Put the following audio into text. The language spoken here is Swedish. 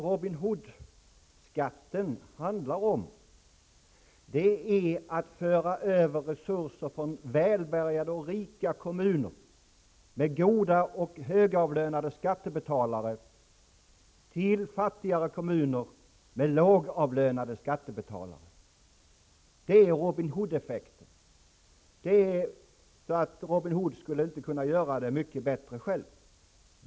Robin Hoodskatten handlar om att föra över resurser från välbärgade och rika kommuner med goda och högavlönade skattebetalare till fattigare kommuner med lågavlönade skattebetalare. Det är Robin Hood-effekten. Robin Hood skulle inte kunna göra det mycket bättre själv.